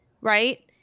right